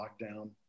lockdown